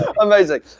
amazing